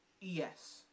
Yes